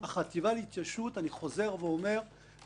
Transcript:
החטיבה להתיישבות שוב אני אומר - זו